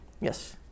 Yes